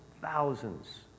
thousands